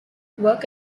work